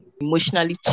emotionally